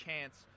chance